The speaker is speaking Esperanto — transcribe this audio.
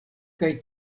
kaj